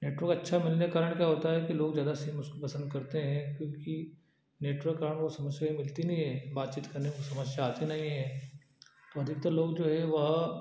network अच्छा मिलने कारण क्या होता है कि लोग ज़्यादा सिम उसको पसंद करते हैं क्योंकि नेटवर्क कारण वह समस्याएँ मिलती नहीं है बातचीत करने में समस्या आती नहीं है तो अधिकतर लोग जो है वह